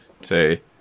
say